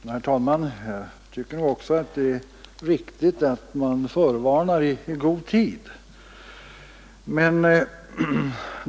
Herr talman! Jag tycker nog också att det är riktigt att man förvarnar i god tid.